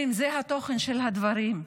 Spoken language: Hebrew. זה התוכן של הדברים.